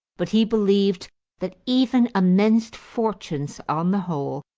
but he believed that even immense fortunes, on the whole,